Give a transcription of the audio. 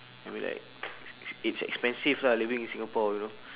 I mean like it's expensive lah living in singapore you know